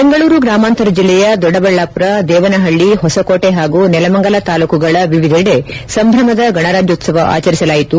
ಬೆಂಗಳೂರು ಗ್ರಾಮಾಂತರ ಜಿಲ್ಲೆಯ ದೊಡ್ಡಬಳ್ಳಾಪುರ ದೇವನಹಳ್ಳಿ ಹೊಸಕೋಟಿ ಹಾಗೂ ನೆಲಮಂಗಲ ತಾಲೂಕುಗಳ ವಿವಿಧೆಡೆ ಸಂಭ್ರಮದ ಗಣರಾಜ್ಯೋತ್ವವ ಆಚರಿಸಲಾಯಿತು